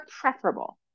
preferable